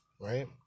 right